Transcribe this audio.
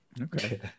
Okay